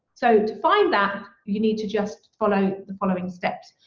so to find that, you need to just follow the following steps.